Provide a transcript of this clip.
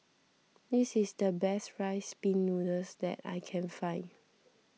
this is the best Rice Pin Noodles that I can find